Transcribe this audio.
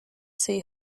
see